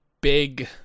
big